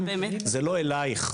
זה לא אלייך,